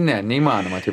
ne neįmanoma taip